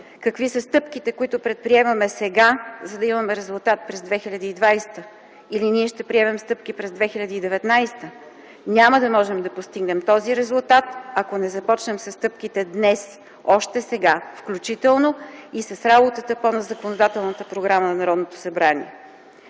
Какви са стъпките, които предприемаме сега, за да имаме резултат през 2020 или ние ще приемем стъпки през 2019? Няма да можем да постигнем този резултат, ако не започнем със стъпките днес, още сега, включително и с работата по законодателната програма на Народното събрание.